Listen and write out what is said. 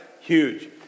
Huge